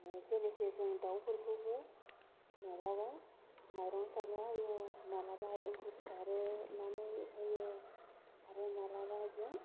जेनोखि जों दाउफोरखौबो मालाबा माइरं सारनानै होयो आरो मालाबा जों